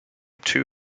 two